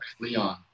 Leon